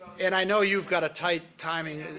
and, i know you've got tight timing.